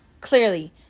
clearly